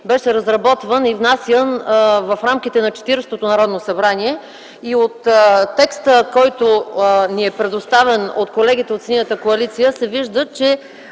беше разработван и внасян в рамките на Четиридесетото Народно събрание. И от текста, който ни е предоставен от колегите от Синята коалиция, се вижда, че